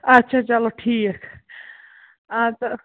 اَچھا چلو ٹھیٖک آدٕ سا